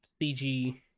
CG